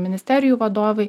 ministerijų vadovai